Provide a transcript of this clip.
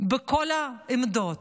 בכל העמדות,